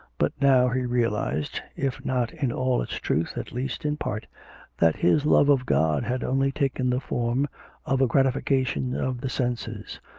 but now he realised if not in all its truth, at least in part that his love of god had only taken the form of a gratification of the senses,